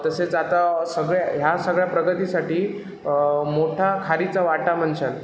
तसेच आता सगळ्या ह्या सगळ्या प्रगतीसाठी मोठा खारीचा वाटा म्हणशाल